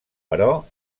però